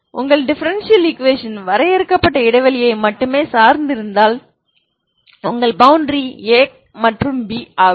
உங்கள் differential equation வரையறுக்கப்பட்ட இடைவெளியை மட்டுமே சார்ந்து இருந்தால் உங்கள் பவுண்டரி a மற்றும் b ஆகும்